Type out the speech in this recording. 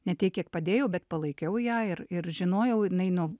ne tiek kiek padėjau bet palaikiau ją ir ir žinojau ir jinai nu